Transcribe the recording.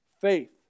faith